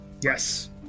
Yes